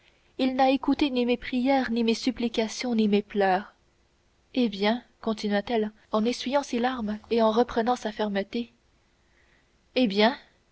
il n'a écouté ni mes prières ni mes supplications ni mes pleurs eh bien continua-t-elle en essuyant ses larmes et en reprenant sa fermeté eh bien